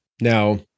Now